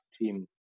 team